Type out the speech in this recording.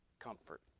comfort